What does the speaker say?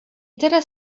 teraz